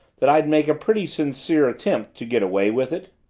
that i'd make a pretty sincere attempt to get away with it?